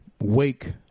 Wake